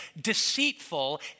deceitful